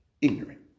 ignorant